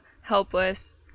helpless